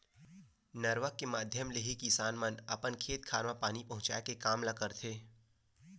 नरूवा के माधियम ले ही किसान मन अपन खेत खार म पानी पहुँचाय के काम ल करथे